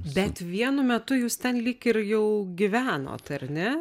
bet vienu metu jūs ten lyg ir jau gyvenot ar ne